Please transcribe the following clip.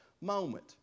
moment